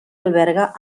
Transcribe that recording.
alberga